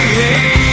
hey